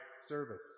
service